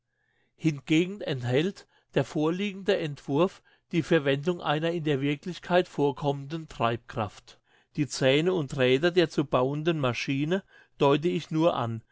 hingegen enthält der vorliegende entwurf die verwendung einer in der wirklichkeit vorkommenden treibkraft die zähne und räder der zu bauenden maschine deute ich nur an